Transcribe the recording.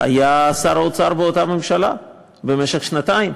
היה שר האוצר באותה ממשלה במשך שנתיים,